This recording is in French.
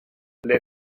les